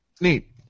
neat